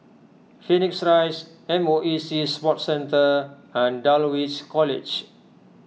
Phoenix Rise M O E Sea Sports Centre and Dulwich College